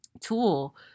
tool